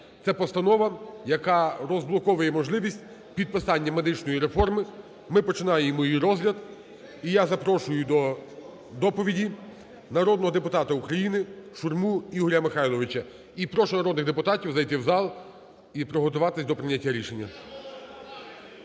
Це постанова, яка розблоковує можливість підписання медичної реформи. Ми починаємо її розгляд, і я запрошую до доповіді народного депутата України Шурму Ігоря Михайловича. І прошу народних депутатів зайти в зал і приготуватися до прийняття рішення.